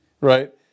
right